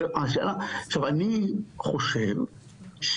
עכשיו אני חושב,